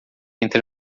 entre